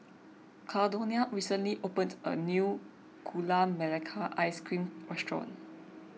Caldonia recently opened a new Gula Melaka Ice Cream restaurant